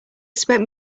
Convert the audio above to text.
expect